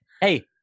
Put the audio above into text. hey